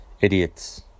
idiots